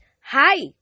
hi